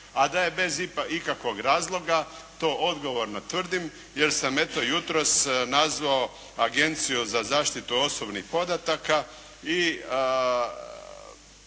A da je bez ikakvog razloga to odgovorno tvrdim, jer sam eto jutros nazvao Agenciju za zaštitu osobnih podataka i